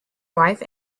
wife